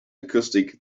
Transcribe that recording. acoustics